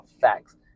facts